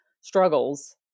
struggles